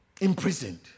imprisoned